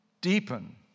deepen